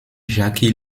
jackie